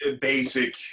basic